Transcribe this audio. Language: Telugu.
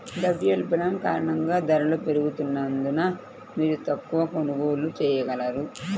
ద్రవ్యోల్బణం కారణంగా ధరలు పెరుగుతున్నందున, మీరు తక్కువ కొనుగోళ్ళు చేయగలరు